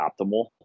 optimal